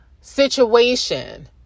situation